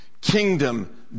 kingdom